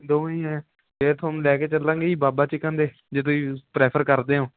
ਦੋਵੇਂ ਹੀ ਹੈ ਅਤੇ ਤੁਹਾਨੂੰ ਲੈ ਕੇ ਚੱਲਾਂਗੇ ਜੀ ਬਾਬਾ ਚਿਕਨ ਦੇ ਜੇ ਤੁਸੀਂ ਪ੍ਰੈਫਰ ਕਰਦੇ ਹੋ